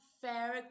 fair